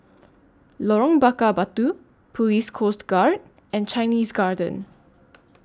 Lorong Bakar Batu Police Coast Guard and Chinese Garden